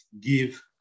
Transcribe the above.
give